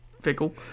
fickle